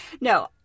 No